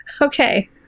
Okay